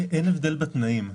אין הבדל בתנאים.